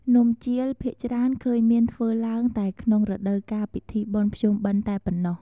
នំជៀល ភាគច្រើនឃើញមានធ្វើឡើងតែក្នុងរដូវកាលពិធីបុណ្យភ្ជុំបិណ្ឌតែប៉ុណ្ណោះ ។